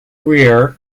rear